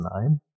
nine